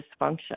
dysfunction